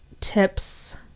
tips